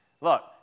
look